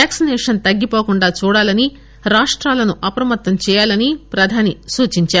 vaccination తగ్గివోకుండా చూడాలని రాష్టాలను అప్రమత్తం చేయాలని ప్రధానమంత్రి సూచిందారు